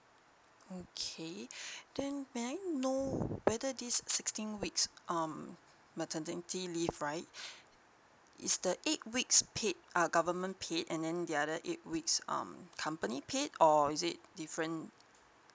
okay then may I know whether this sixteen weeks um maternity leave right is the eight weeks paid uh government paid and then the other eight weeks um company paid or is it different